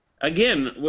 Again